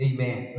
Amen